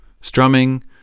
strumming